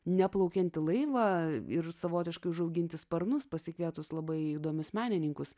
neplaukiantį laivą ir savotiškai užauginti sparnus pasikvietus labai įdomius menininkus